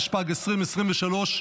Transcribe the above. התשפ"ג 2023,